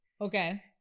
Okay